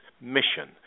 mission